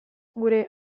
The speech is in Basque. gure